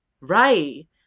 Right